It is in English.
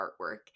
artwork